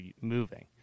moving